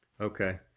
Okay